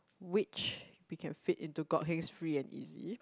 which we can fit into Kok Hengs free and easy